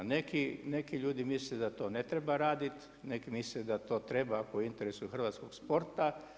Neki ljudi misle da to ne treba raditi, neki misle da to treba ako je u interesu hrvatskog sporta.